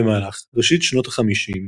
במהלך ראשית שנות ה-50,